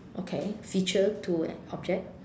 okay feature to an object